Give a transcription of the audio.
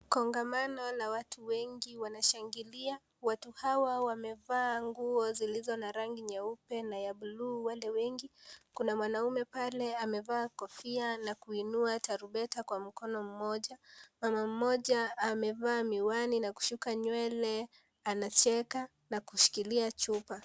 Kongamaano la watu wengi wanashangilia, watu hawa wamevaa nguo zilizo na rangi nyeupe na bluu wale wengi. Kuna mwanaume pale amevaa kofia na kuinua tarumbeta kwa mkono mmoja , mama mmoja amevaa miwani na kusuka nywele anacheka na kushikilia chupa.